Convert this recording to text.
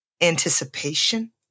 anticipation